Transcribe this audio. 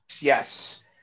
yes